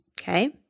Okay